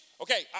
Okay